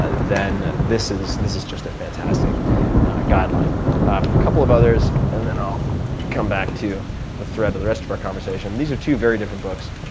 then this is this is just a fantastic guideline. a couple of others, and then i'll come back to the thread of the rest of our conversation. these are two very different books.